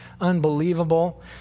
unbelievable